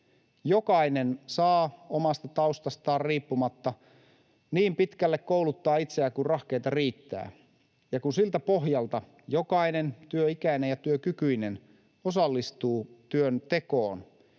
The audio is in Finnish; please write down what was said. Jokainen saa omasta taustastaan riippumatta niin pitkälle kouluttaa itseään kuin rahkeita riittää, ja kun siltä pohjalta jokainen työikäinen ja työkykyinen osallistuu työntekoon,